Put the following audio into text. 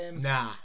Nah